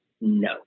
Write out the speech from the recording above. No